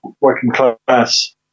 working-class